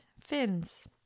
fins